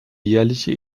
jährliche